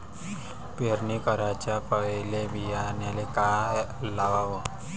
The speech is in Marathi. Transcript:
पेरणी कराच्या पयले बियान्याले का लावाव?